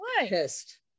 pissed